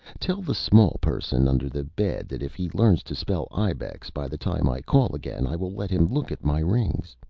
tell the small person under the bed that if he learns to spell ibex by the time i call again i will let him look at my rings.